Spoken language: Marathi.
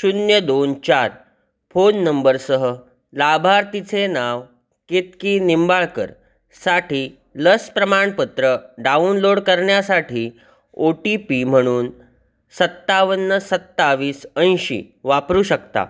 शून्य दोन चार फोन नंबरसह लाभार्थीचे नाव केतकी निंबाळकर साठी लस प्रमाणपत्र डाउनलोड करण्यासाठी ओ टी पी म्हणून सत्तावन्न सत्तावीस ऐंशी वापरू शकता